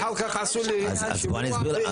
ולאחר שהוא תיקן להמשיך ולסחוב את זה במשך ארבע שנים,